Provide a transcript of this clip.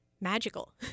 magical